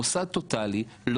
מוסד טוטאלי,